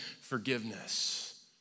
forgiveness